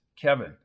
Kevin